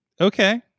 Okay